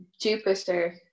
Jupiter